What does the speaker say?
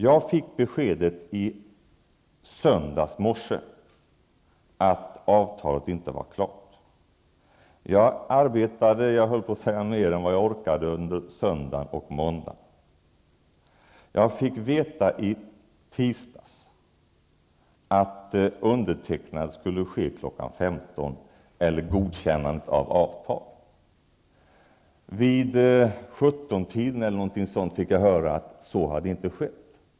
Jag fick beskedet att avtalet inte var klart i söndags morse. Jag arbetade nästan mer än vad jag orkade under söndagen och måndagen. I tisdags fick jag veta att undertecknandet eller godkännandet av avtalet skulle ske kl.15. Vid 17-tiden fick jag höra att så inte hade skett.